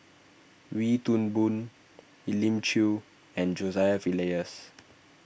Wee Toon Boon Elim Chew and Joseph Elias